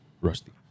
Rusty